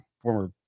Former